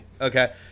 Okay